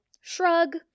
shrug